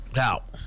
out